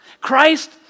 Christ